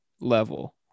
level